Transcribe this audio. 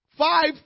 Five